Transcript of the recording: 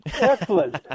Excellent